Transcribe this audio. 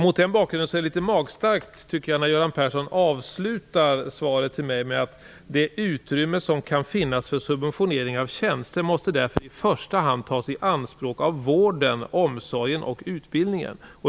Mot den bakgrunden är det litet magstarkt när Göran Persson avslutar svaret till mig så här: "Det utrymme som kan finnas för en subventionering av tjänster måste därför i första hand tas i anspråk av vården, omsorgen och utbildningen."